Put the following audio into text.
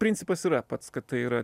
principas yra pats kad tai yra